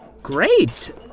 Great